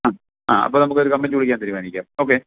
ആ ആ അപ്പോൾ നമുക്കൊരു കമ്മിറ്റി വിളിക്കാൻ തീരുമാനിക്കാം ഓക്കെ